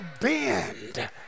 bend